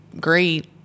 great